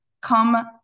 come